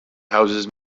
houses